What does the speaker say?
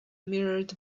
mirrored